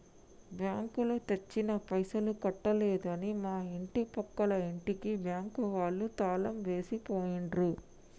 బ్యాంకులో తెచ్చిన పైసలు కట్టలేదని మా ఇంటి పక్కల ఇంటికి బ్యాంకు వాళ్ళు తాళం వేసి పోయిండ్రు